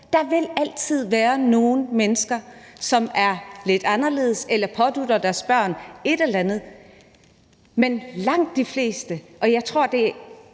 der vil altid være nogle mennesker, som er lidt anderledes eller pådutter deres børn et eller andet, men der er ingen tvivl om, at for